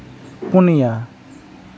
ᱯᱩᱱᱤᱭᱟ